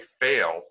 fail